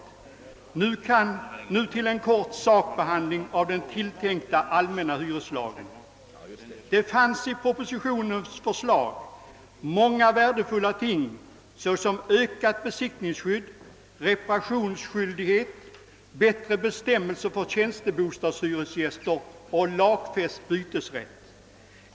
Jag ber nu att få göra en kort sakbehandling av den tilltänkta allmänna hyreslagen. Det fanns i propositionens förslag många värdefulla ting, såsom ökat besittningsskydd, reparationsskyldighet, bättre bestämmelser för tjänstebostadshyresgäster och lagfäst bytesrätt.